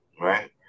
Right